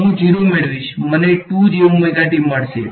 હું 0 મેળવીશ મને મળશે